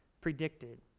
predicted